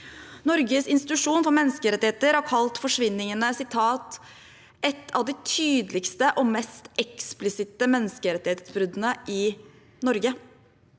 Norges institusjon for menneskerettigheter har kalt forsvinningene et av de tydeligste og mest eksplisitte menneskerettighetsbruddene i Norge.